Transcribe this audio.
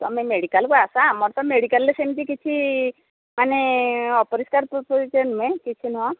ତୁମେ ମେଡିକାଲ୍କୁ ଆସ ଆମର ତ ମେଡିକାଲରେ ସେମତି କିଛି ମାନେ ଅପରିଷ୍କାର କିଛି ନୁହେଁ